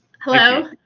Hello